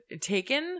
taken